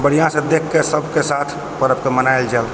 बढ़िऑं सँ देख कऽ सबके साथ परव के मनाएल जाउ